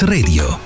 Radio